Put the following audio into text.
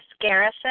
Garrison